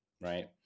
right